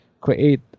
create